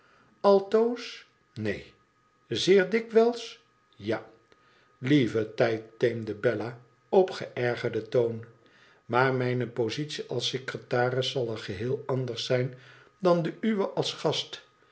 altoos neen zeer dikwijls ja lieve tijd teemde bella op geërgerden toon maar mijne positie als secretaris zal er geheel anders zijn dan de uwe als gast